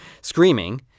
screaming